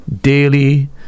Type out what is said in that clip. daily